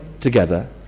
together